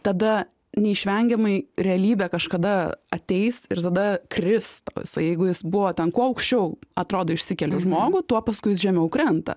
tada neišvengiamai realybė kažkada ateis ir tada kris tau jisai jeigu jis buvo ten kuo aukščiau atrodo išsikeliu žmogų tuo paskui jis žemiau krenta